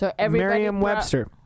Merriam-Webster